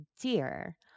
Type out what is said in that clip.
dear